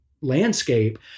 landscape